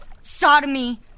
sodomy